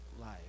life